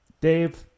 Dave